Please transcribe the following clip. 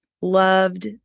loved